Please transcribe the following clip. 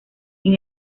sin